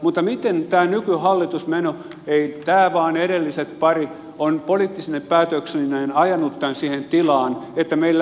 miten tämä nykyhallituksen meno ei tämän vaan parin edellisen on poliittisine päätöksineen ajanut tämän siihen tilaan että meillä ei ole idoleja